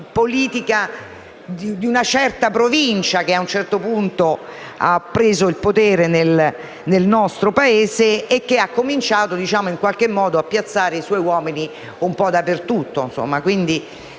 politica di una certa Provincia che a un certo punto ha preso il potere nel nostro Paese e che ha cominciato a piazzare i suoi uomini un po' dappertutto